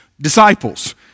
disciples